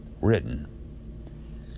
written